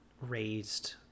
raised